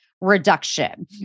reduction